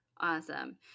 Awesome